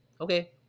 okay